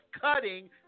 cutting